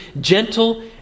gentle